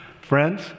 Friends